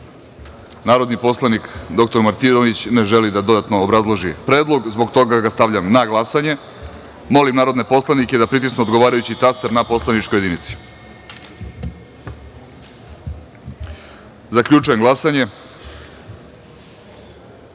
poslanik dr Martinović, ne želi da dodatno obrazloži predlog, zbog toga ga stavljam na glasanje. Molim narodne poslanike da pritisnu odgovarajući taster na poslaničkoj jedinici. Zaključujem glasanje: